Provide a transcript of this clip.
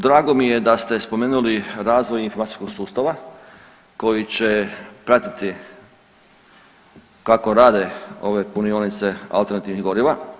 Drago mi je da ste spomenuli razvoj informacijskog sustava koji će pratiti kako rade ove punionice alternativnih goriva.